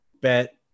bet